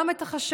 גם את החשש